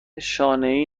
شانهای